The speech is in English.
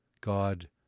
God